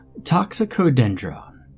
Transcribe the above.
Toxicodendron